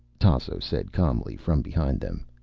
tasso said calmly, from behind them.